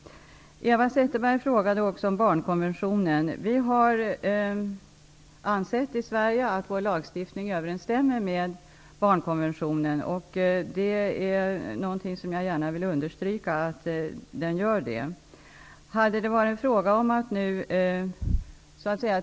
Eva Zetterberg frågade också om barnkonventionen. Vi har i Sverige ansett att vår lagstiftning överensstämmer med barnkonventionen. Jag vill gärna understryka att så är fallet.